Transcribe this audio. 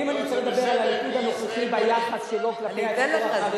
זה בסדר, כי ישראל ביתנו, אני אתן לך זמן